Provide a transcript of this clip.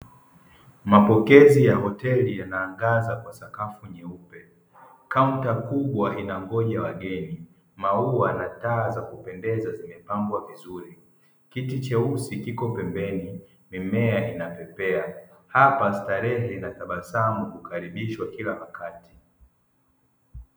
Mapokezi ya hoteli yanaangaza kwa sakafu nyeupe. kaunta kubwa inangoja wageni maua na taa za kupendeza zimepambwa vizuri kiti cheusi kipo pembeni, mimea inapepea hapa starehe inatabasamu kukaribishwa kila wakati.